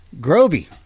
Groby